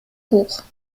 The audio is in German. hoch